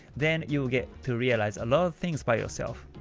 then you'll get to realize a lot of things by yourself.